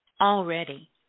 already